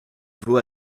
vaut